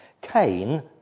Cain